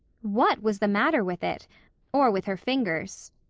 what was the matter with it or with her fingers?